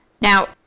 Now